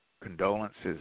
condolences